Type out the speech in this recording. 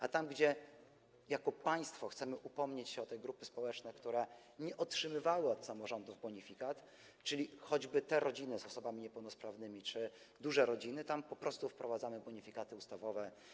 A tam gdzie jako państwo chcemy upomnieć się o te grupy społeczne, które nie otrzymywały od samorządów bonifikat, czyli choćby te rodziny z osobami niepełnosprawnymi czy duże rodziny, tam po prostu wprowadzamy bonifikaty ustawowe.